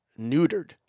neutered